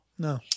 No